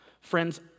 Friends